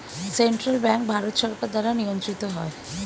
central bank Bharat সরকার দ্বারা নিয়ন্ত্রিত হয়